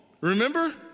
Remember